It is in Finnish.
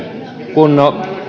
kun